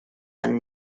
għan